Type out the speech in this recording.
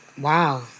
Wow